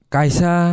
Kaisa